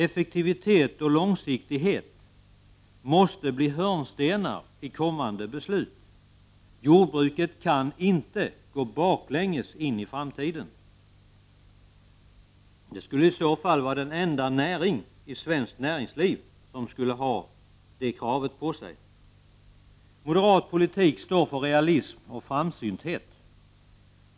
Effektivitet och långsiktighet måste bli hörnstenar i kommande beslut. Jordbruket kan inte gå baklänges in i framtiden — det skulle i så fall vara den enda näring i svenskt näringsliv som skulle ha det kravet på sig. Moderat politik står för realism och framsynthet.